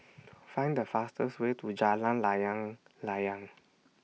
Find The fastest Way to Jalan Layang Layang